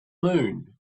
moon